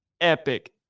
epic